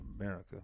America